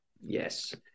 Yes